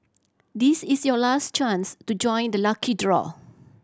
this is your last chance to join the lucky draw